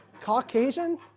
Caucasian